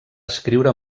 escriure